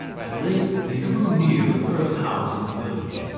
at length they drew near the first house in the village.